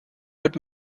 wird